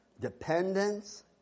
dependence